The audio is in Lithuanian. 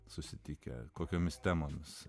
susitikę kokiomis temomis